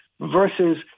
versus